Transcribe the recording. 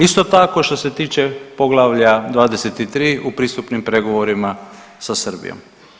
Isto tako što se tiče Poglavlja 23 u pristupnim pregovorima sa Srbijom.